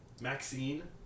Maxine